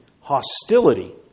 hostility